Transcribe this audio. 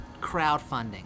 crowdfunding